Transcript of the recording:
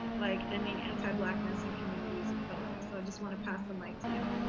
like ending anti-blackness in communities of color. so i just want to pass the mic to y'all.